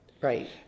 Right